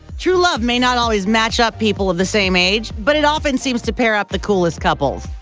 true love may not always match up people of the same age, but it often seems to pair up the coolest couples.